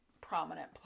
prominent